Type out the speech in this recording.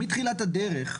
מתחילת הדרך,